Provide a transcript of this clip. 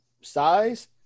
size